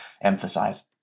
emphasize